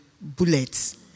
bullets